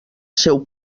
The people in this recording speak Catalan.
seu